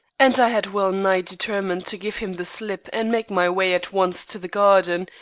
and i had well-nigh determined to give him the slip and make my way at once to the garden,